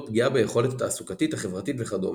פגיעה ביכולת התעסוקתית החברתית וכדומה.